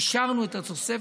אישרנו את התוספת,